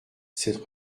cette